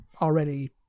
already